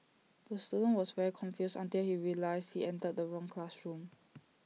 the student was very confused until he realised he entered the wrong classroom